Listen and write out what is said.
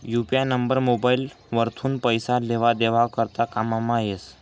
UPI number mobile वरथून पैसा लेवा देवा करता कामंमा येस